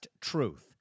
Truth